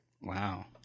Wow